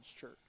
church